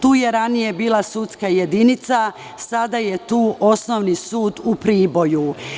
Tu je ranije bila sudska jedinica, a sada je tu Osnovni sud u Priboju.